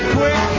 quick